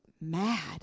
mad